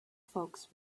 folks